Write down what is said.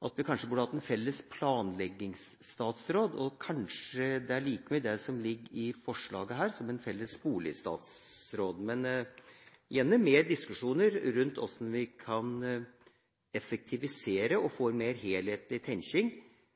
at vi kanskje burde hatt en felles planleggingsstatsråd. Kanskje er det like mye det som ligger i forslaget her, som en felles boligstatsråd. Men jeg vil gjerne ha flere diskusjoner rundt hvordan vi kan effektivisere og få en mer helhetlig tenkning